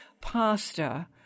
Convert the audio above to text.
pasta